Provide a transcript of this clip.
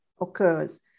occurs